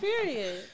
period